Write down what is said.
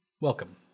welcome